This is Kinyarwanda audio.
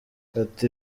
ati